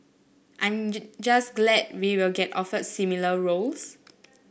I am just glad we will get offered similar roles